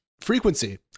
Frequency